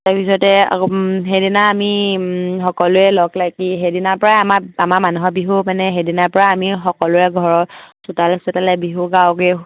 তাৰপিছতে সেইদিনা আমি সকলোৱে লগ লাগি সেইদিনাৰ পৰা আমাৰ আমাৰ মানুহৰ বিহু মানে সেইদিনাৰ পৰা আমি সকলোৰে ঘৰ চোতালে চোতালে বিহু গাঁওগে